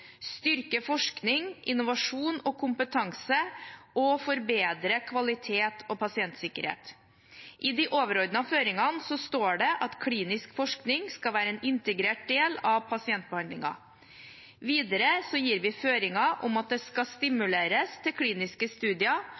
forskning, innovasjon og kompetanse og forbedre kvalitet og pasientsikkerhet». I de overordnede føringene står det at klinisk forskning skal være en integrert del av pasientbehandlingen. Videre gir vi føringer om at det skal stimuleres til kliniske studier,